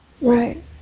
Right